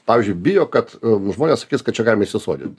pavyzdžiui bijo kad žmonės sakys kad čia galima išsisuodint